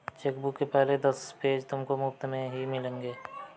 chequebook के पहले दस पेज तुमको मुफ़्त में ही मिलेंगे